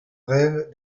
rêve